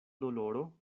doloro